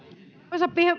arvoisa